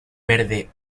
verde